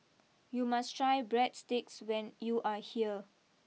you must try Breadsticks when you are here